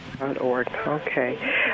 Okay